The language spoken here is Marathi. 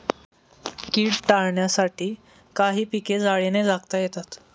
कीड टाळण्यासाठी काही पिके जाळीने झाकता येतात